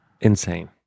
Insane